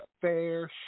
fair